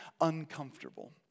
uncomfortable